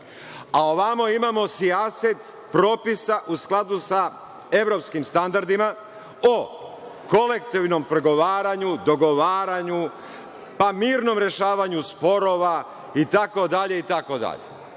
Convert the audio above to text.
A ovamo imamo sijaset propisa u skladu sa evropskim standardima o kolektivnom pregovaranju, dogovaranju, pa mirnom rešavanju sporova itd.